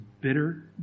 bitter